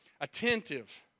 attentive